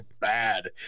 bad